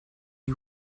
gli